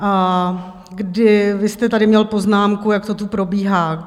A vy jste tady měl poznámku, jak to tu probíhá.